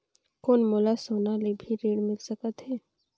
कौन मोला सोना ले भी ऋण मिल सकथे?